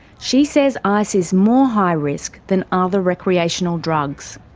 she says ice is more high risk than ah other recreational drugs.